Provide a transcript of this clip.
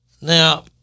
Now